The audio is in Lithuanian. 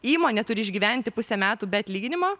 įmonė turi išgyventi pusę metų be atlyginimo